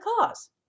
cause